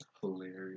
hilarious